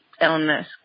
illness